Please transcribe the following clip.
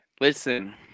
listen